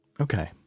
Okay